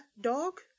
Dog